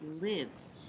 lives